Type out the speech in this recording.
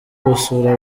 gusura